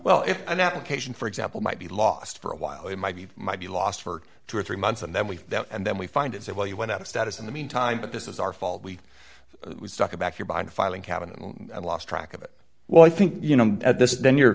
well if an application for example might be lost for a while you might be might be lost for two or three months and then we and then we find it's a well you went out of status in the meantime but this is our fault we talk about your bike filing cabinet and lost track of it well i think you know at this then you're